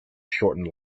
shortened